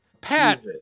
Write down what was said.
Pat